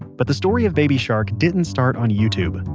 but the story of baby shark didn't start on youtube.